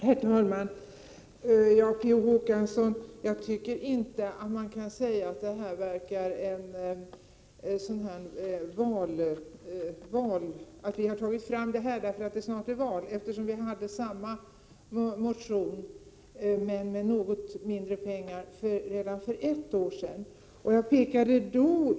Herr talman! Vi har inte, Per Olof Håkansson, tagit fram det här ärendet därför att det snart är val. Redan för ett år sedan väckte vi en motion med samma innehåll. Skillnaden var bara att vi då begärde mindre pengar.